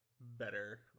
better